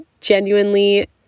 genuinely